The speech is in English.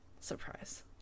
Surprise